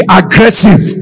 aggressive